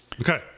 Okay